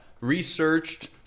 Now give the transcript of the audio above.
researched